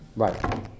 Right